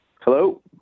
Hello